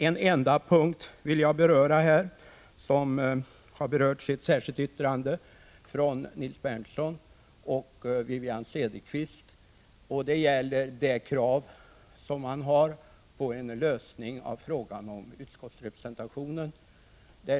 En enda punkt vill jag dock uppehålla mig vid, en punkt som också har berörts i ett särskilt yttrande från Nils Berndtson och Wivi-Anne Cederqvist, nämligen kravet på en lösning av frågan om utskottsrepresentationen.